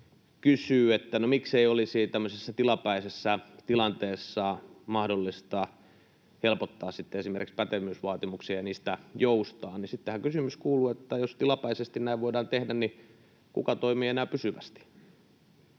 kysyy, että no, miksei olisi tämmöisessä tilapäisessä tilanteessa mahdollista helpottaa sitten esimerkiksi pätevyysvaatimuksia ja niistä joustaa. Sittenhän kysymys kuuluu, että jos tilapäisesti näin voidaan tehdä, niin kuka toimii enää pysyvästi.